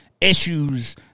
issues